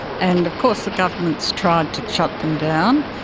and of course the governments tried to shut them down.